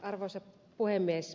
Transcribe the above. arvoisa puhemies